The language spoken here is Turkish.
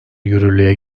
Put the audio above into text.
yürürlüğe